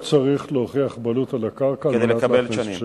כיום לא נדרשת הוכחת זכויות בקרקע לשם קבלת רשיון להכנסת